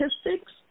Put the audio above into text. statistics